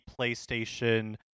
PlayStation